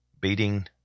beating